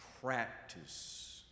practice